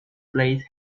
palace